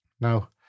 Now